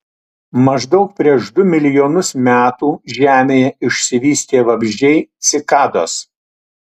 maždaug prieš du milijonus metų žemėje išsivystė vabzdžiai cikados